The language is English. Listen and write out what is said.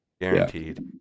Guaranteed